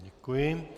Děkuji.